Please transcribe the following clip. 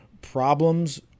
problems